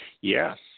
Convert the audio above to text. Yes